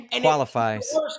qualifies